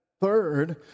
Third